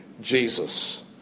Jesus